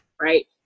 right